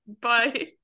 Bye